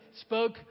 spoke